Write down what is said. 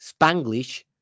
Spanglish